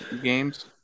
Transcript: games